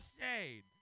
shade